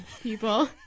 people